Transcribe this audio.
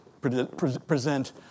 present